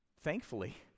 Thankfully